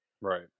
Right